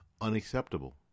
unacceptable